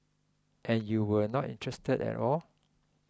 and you were not interested at all